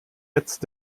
jetzt